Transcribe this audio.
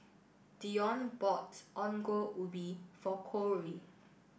Dione bought Ongol Ubi for Kory